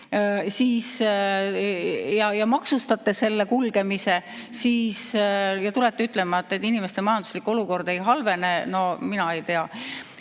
Te maksustate selle kulgemise ja tulete veel ütlema, et inimeste majanduslik olukord ei halvene. No mina ei tea!